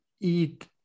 eat